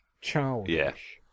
childish